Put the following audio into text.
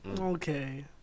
Okay